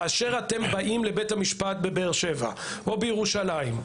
כאשר אתם באים לבית המשפט בבאר שבע או בירושלים,